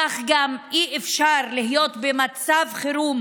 כך גם אי-אפשר להיות במצב חירום